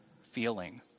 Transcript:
feeling